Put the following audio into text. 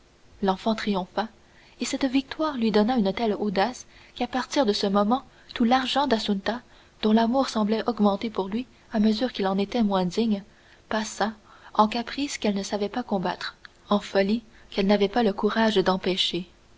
l'enfant triompha et cette victoire lui donna une telle audace qu'à partir de ce moment tout l'argent d'assunta dont l'amour semblait augmenter pour lui à mesure qu'il en était moins digne passa en caprices qu'elle ne savait pas combattre en folies qu'elle n'avait pas le courage d'empêcher